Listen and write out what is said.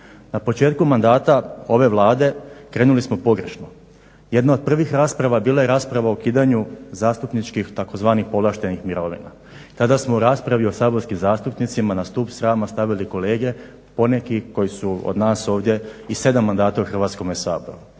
Na početku mandata ove Vlade krenuli smo pogrešno. Jedna od prvih rasprava bila je rasprava o ukidanju zastupničkih tzv. povlaštenih mirovina. Tada smo u raspravu o saborskim zastupnicima na stup srama stavili kolege, poneki koji su od nas ovdje i 7 mandata u Hrvatskoga saboru.